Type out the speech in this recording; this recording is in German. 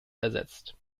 ersetzt